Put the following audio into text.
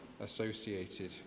associated